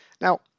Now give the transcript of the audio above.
Now